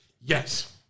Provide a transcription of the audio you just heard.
Yes